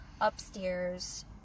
upstairs